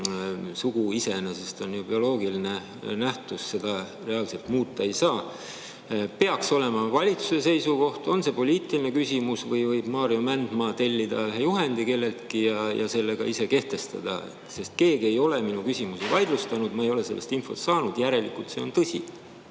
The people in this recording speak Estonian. sugu iseenesest on ju bioloogiline nähtus, seda reaalselt muuta ei saa – peaks olema valitsusel seisukoht? On see poliitiline küsimus või võib Maarjo Mändmaa tellida ühe juhendi kelleltki ja selle ka ise kehtestada? Keegi ei ole minu küsimusi vaidlustanud, ma ei ole sellist infot saanud – järelikult see on tõsi.